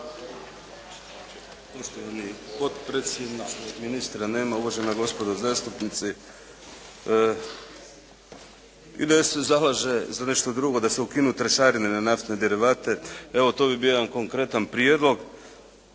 to bi bio jedan konkretan prijedlog.